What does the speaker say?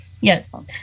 Yes